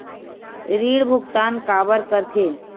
ऋण भुक्तान काबर कर थे?